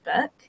book